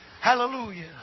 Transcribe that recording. Hallelujah